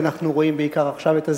אנחנו רואים בעיקר עכשיו את הזיקוקין.